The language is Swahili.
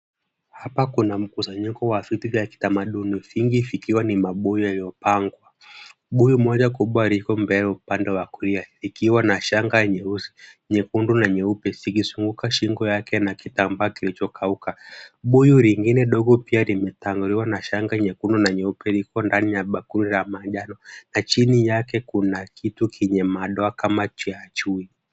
Hapa kuna mkusanyiko wa vitu vya kitamaduni, vingi vikiwa ni mabuyu yaliyopangwa, buyu moja kubwa liko mbele upande wa kulia, likiwa na shanga nyeusi, nyekundu na nyeupe zikizunguka shingo yake na kitambaa kilichokauka, buyu lingine dogo pia limetanguliwa na shanga nyekundu na nyeupe, liko ndani ya bakuli la manjano na chini yake kuna kitu chenye madoa kama ya chui.